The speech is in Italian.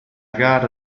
gara